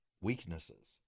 weaknesses